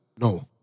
No